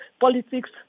politics